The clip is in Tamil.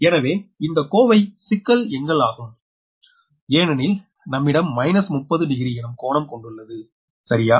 எனவே இந்த கோவை சிக்கல் எங்கள் ஆகும் ஏனெனில் நம்மிடம் 30 டிகிரி எனும் கோணம் கொண்டுள்ளது சரியா